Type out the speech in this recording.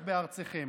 בארצכם".